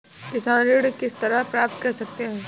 किसान ऋण किस तरह प्राप्त कर सकते हैं?